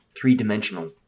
three-dimensional